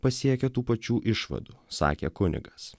pasiekę tų pačių išvadų sakė kunigas